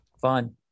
Fun